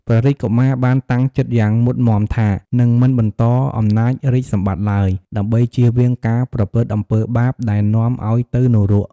ព្រះរាជកុមារបានតាំងចិត្តយ៉ាងមុតមាំថា នឹងមិនបន្តអំណាចរាជសម្បត្តិឡើយ ដើម្បីចៀសវាងការប្រព្រឹត្តអំពើបាបដែលនាំឲ្យទៅនរក។